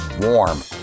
warm